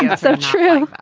so true.